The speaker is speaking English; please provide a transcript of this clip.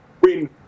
win